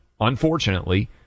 unfortunately